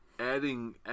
Adding